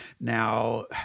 Now